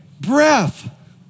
breath